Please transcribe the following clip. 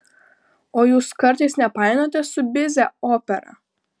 o jūs kartais nepainiojate su bizė opera